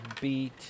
beat